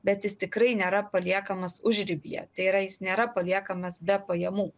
bet jis tikrai nėra paliekamas užribyje tai yra jis nėra paliekamas be pajamų